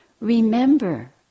remember